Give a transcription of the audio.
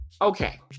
Okay